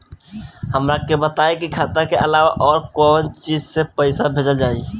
हमरा के बताई की खाता के अलावा और कौन चीज से पइसा भेजल जाई?